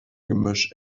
gemisch